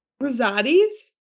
Rosati's